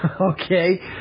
okay